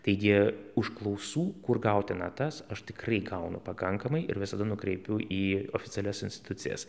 taigi užklausų kur gauti natas aš tikrai gaunu pakankamai ir visada nukreipiu į oficialias institucijas